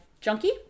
junkie